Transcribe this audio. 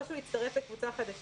או שהוא יצטרף לקבוצה חדשה.